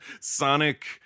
Sonic